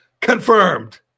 confirmed